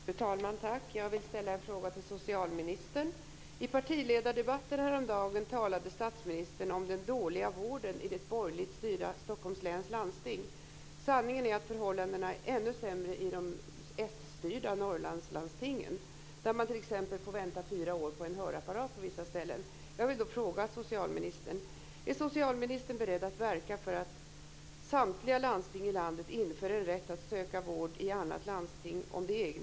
Fru talman! Jag vill ställa en fråga till socialministern. I partiledardebatten häromdagen talade statsministern om den dåliga vården i det borgerligt styrda Stockholms läns landsting. Sanningen är att förhållandena är ändå sämre i de s-styrda Norrlandslandstingen. Där får man t.ex. vänta fyra år på en hörapparat på vissa ställen.